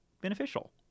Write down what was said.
beneficial